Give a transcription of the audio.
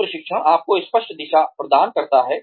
team प्रशिक्षण आपको स्पष्ट दिशा प्रदान करता है